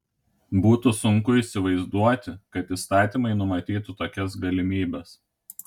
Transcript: būtų sunku įsivaizduoti kad įstatymai numatytų tokias galimybes